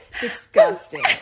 disgusting